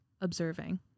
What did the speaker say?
observing